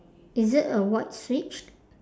is it a white switch